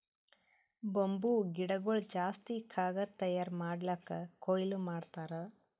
bamboo ಗಿಡಗೊಳ್ ಜಾಸ್ತಿ ಕಾಗದ್ ತಯಾರ್ ಮಾಡ್ಲಕ್ಕೆ ಕೊಯ್ಲಿ ಮಾಡ್ತಾರ್